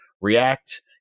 React